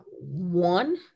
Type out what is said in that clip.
one